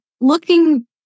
looking